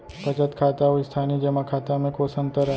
बचत खाता अऊ स्थानीय जेमा खाता में कोस अंतर आय?